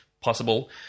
possible